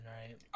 right